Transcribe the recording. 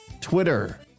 Twitter